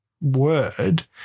word